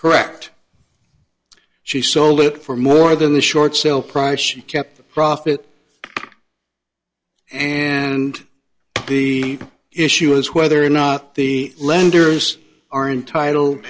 correct she sold it for more than a short sale price she kept the profit and the issue is whether or not the lenders are entitled